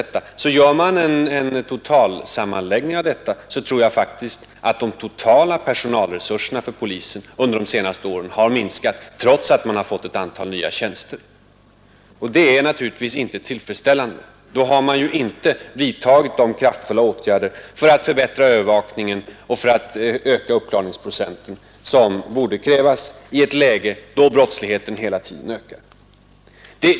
En sammanläggning av dessa saker tror jag faktiskt visar att de totala personalresurserna för polisen under de senaste åren har minskat trots att man har fått ett antal nya tjänster. Det är naturligtvis inte tillfredsställande. Man har inte vidtagit de kraftfulla åtgärder för att förbättra övervakningen och öka uppklaringsprocenten som borde krävas i ett läge då brottsligheten hela tiden ökar.